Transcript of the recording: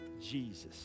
Jesus